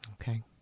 Okay